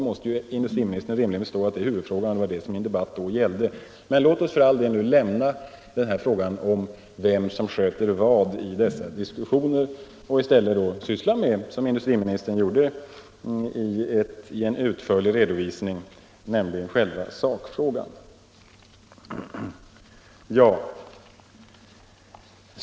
Industriministern måste ju rimligen förstå att det är huvudfrågan, och det var denna som mina inlägg i den tidigare debatten gällde. Men låt oss för all del nu lämna frågan om vem som sköter vad i dessa diskussioner och i stället syssla med —- som industriministern gjorde i en utförlig redovisning — själva sakfrågan.